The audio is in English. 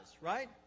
right